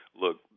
look